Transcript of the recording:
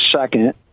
second